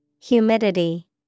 Humidity